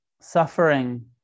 suffering